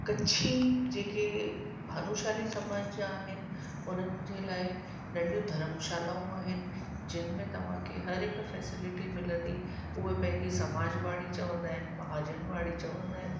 कच्छी जेके भानुशाली समाज जा आहिनि उन्हनि जे लाइ नंढियूं धर्मशालाऊं आहिनि जिन में तव्हां खे हर हिक फ़ेसिलिटी मिलंदी उहे पंहिंजी समाजवाड़ी चवंदा आहिनि महाजनवाड़ी चवंदा आहिनि